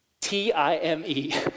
T-I-M-E